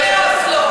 אוסלו?